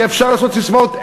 כי אפשר לעשות ססמאות,